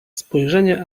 spojrzenie